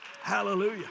Hallelujah